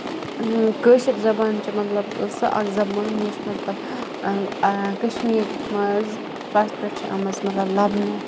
کٲشِر زَبان چھِ مطلب سۄ اکھ زَبان یۄس مطلب کَشمیٖرِ منٛز تَتھ پٮ۪ٹھ چھِ آمٕژ لَبنہٕ